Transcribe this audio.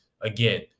again